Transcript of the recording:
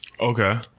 Okay